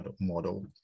model